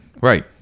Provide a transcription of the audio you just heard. Right